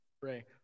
pray